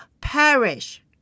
perish